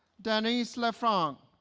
danice lefranc